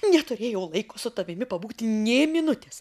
neturėjau laiko su tavimi pabūti nė minutės